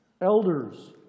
Elders